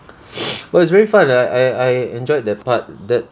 was very fun I I I enjoyed that part that